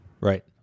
Right